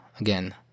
again